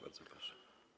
Bardzo proszę.